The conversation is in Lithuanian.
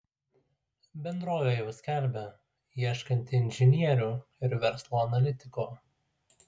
bendrovė jau skelbia ieškanti inžinierių ir verslo analitiko